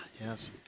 Yes